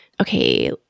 Okay